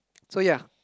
so ya